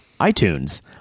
iTunes